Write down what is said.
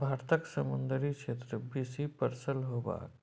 भारतक समुन्दरी क्षेत्र बेसी पसरल होबाक